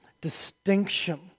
distinction